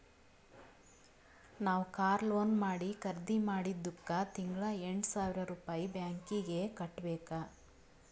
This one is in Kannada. ನಾವ್ ಕಾರ್ ಲೋನ್ ಮಾಡಿ ಖರ್ದಿ ಮಾಡಿದ್ದುಕ್ ತಿಂಗಳಾ ಎಂಟ್ ಸಾವಿರ್ ರುಪಾಯಿ ಬ್ಯಾಂಕೀಗಿ ಕಟ್ಟಬೇಕ್